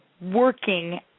working